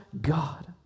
God